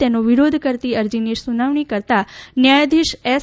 તેનો વિરોધ કરતી અરજીની સુનવણી કરતાં ન્યાયાધીશ એસ